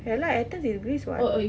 ya lah athens is greece [what]